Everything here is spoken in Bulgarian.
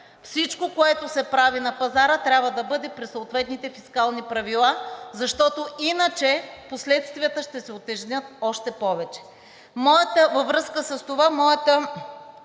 Всичко, което се прави на пазара, трябва да бъде при съответните фискални правила, защото иначе последствията ще се утежнят още повече. Във връзка с това и